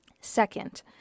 Second